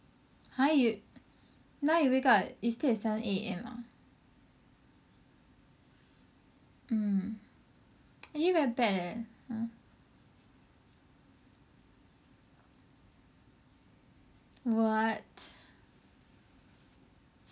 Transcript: !huh! you now you wake up at you sleep at seven A_M ah mm actually very bad leh !huh! what